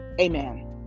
amen